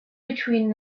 between